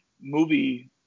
movie